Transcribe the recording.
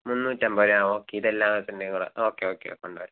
മൂന്നൂറ്റൻപത് രൂപ ആ ഓക്കെ ഇതെല്ലാത്തിന്റെയും കൂടെ ഓക്കെ ഓക്കെ കൊണ്ട് വരാം